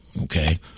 Okay